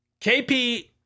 KP